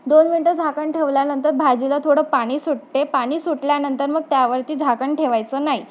दोन मिनटं झाकण ठेवल्यानंतर भाजीला थोडं पाणी सुटते पाणी सुटल्यानंतर मग त्यावरती झाकण ठेवायचं नाही